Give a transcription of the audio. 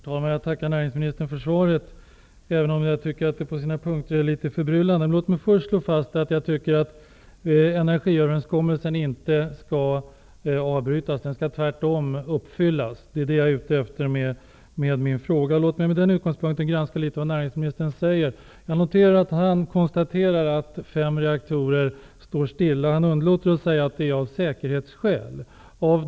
Herr talman! Jag tackar näringsministern för svaret. Men jag tycker att det på sina punkter är litet förbryllande. Först vill jag slå fast att energiöverenskommelsen enligt min uppfattning inte skall brytas. Tvärtom skall den uppfyllas. Det är det som jag är ute efter i min fråga. Från den utgångspunkten vill jag granska litet grand det som näringsministern säger. Jag noterar att han konstaterar att fem reaktorer står stilla. Han underlåter att säga att det är så av säkerhetsskäl.